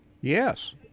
Yes